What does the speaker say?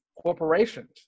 corporations